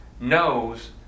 knows